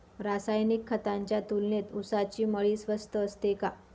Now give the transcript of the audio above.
रासायनिक खतांच्या तुलनेत ऊसाची मळी स्वस्त असते का?